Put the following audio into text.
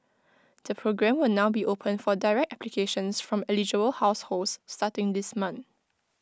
the programme will now be open for direct applications from eligible households starting this month